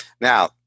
Now